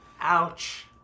Ouch